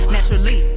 Naturally